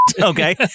Okay